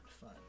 fun